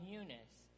Eunice